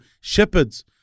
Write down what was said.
shepherds